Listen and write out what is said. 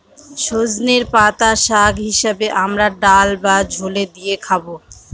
সজনের পাতা শাক হিসেবে আমরা ডাল বা ঝোলে দিয়ে খাবো